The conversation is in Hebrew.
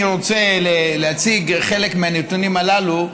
אני רוצה להציג חלק מהנתונים הללו,